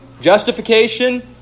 justification